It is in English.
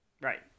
Right